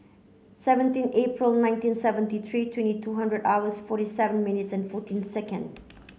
seventeen April nineteen seventy three twenty two hundred hours forty seven minutes and fourteen second